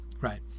right